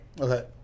Okay